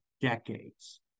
decades